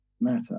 matter